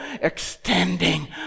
extending